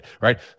right